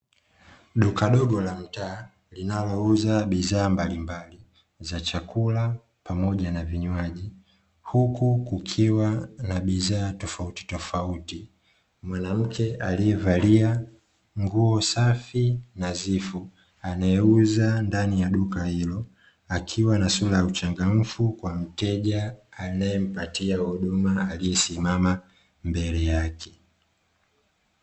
Duka dogo la mtaa linalouza bidhaa mbalimbali za chakula pamoja na vinywaji huku kukiwa na bidhaa tofauti tofauti, mwanamke aliyevalia nguo safi nadhifu anayeuza ndani ya duka hilo akiwa na sura ya uchangamfu kwa mteja anayempatia huduma aliyesimama mbele yake.